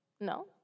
No